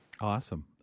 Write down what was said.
Awesome